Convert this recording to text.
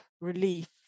relief